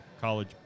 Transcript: college